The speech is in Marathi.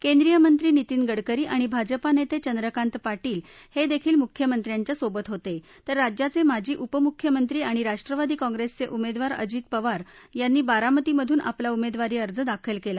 केंद्रीय मंत्री नितीन गडकरी आणि भाजपा नत्तचिद्रकांत पाटील हा विद्यील मुख्यमंत्र्यांच्या सोबत होता तिर राज्याच िाजी उपमुख्यमंत्री आणि राष्ट्रवादी काँप्रस्त्वा उमद्वार अजित पवार यांनी बारामती मधून आपला उमद्वारी अर्ज दाखल कला